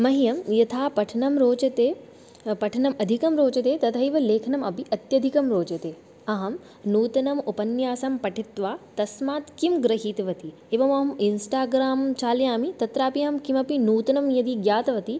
मह्यं यथा पठनं रोचते पठनम् अधिकं रोचते तथैव लेखनम् अपि अत्यधिकं रोचते अहं नूतनम् उपन्यासं पठित्वा तस्मात् किं गृहीतवती एवमहं इन्स्टाग्रां चालयामि तत्रापि अहं किमपि नूतनं यदि ज्ञातवती